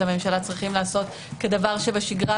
צריכים לעשות כדבר שבשגרה,